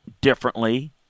differently